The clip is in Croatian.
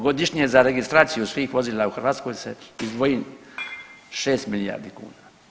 Godišnje za registraciju svih vozila u Hrvatskoj se izdvoji 6 milijardi kuna.